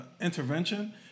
intervention